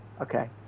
Okay